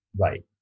right